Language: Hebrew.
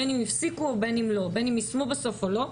בין אם הפסיקו או יישמו בסוף או לא.